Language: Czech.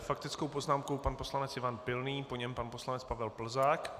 S faktickou poznámkou pan poslanec Ivan Pilný, po něm pan poslanec Pavel Plzák.